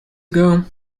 ago